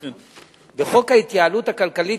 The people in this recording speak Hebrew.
בחוק ההתייעלות הכלכלית,